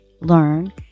learn